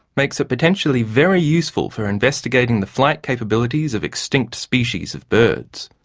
makes it potentially very useful for investigating the flight capabilities of extinct species of birds.